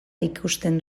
ikusten